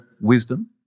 wisdom